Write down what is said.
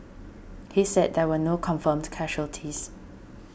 he said there were no confirmed casualties